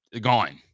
gone